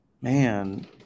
man